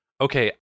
okay